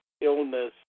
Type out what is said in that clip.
illness